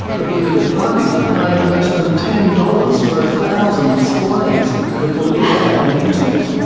the political parties are paying less than ten dollars for a thousand displays of a political ad on the internet.